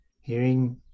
hearing